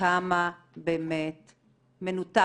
כמה באמת מנותב?